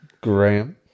Graham